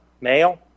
male